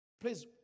Please